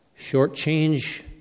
shortchange